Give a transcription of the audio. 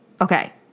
Okay